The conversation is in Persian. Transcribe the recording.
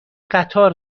قطار